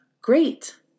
Great